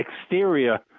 exterior